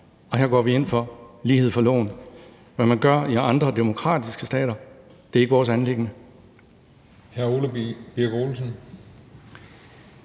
og her går vi ind for lighed for loven. Hvad man gør i andre demokratiske stater, er ikke vores anliggende.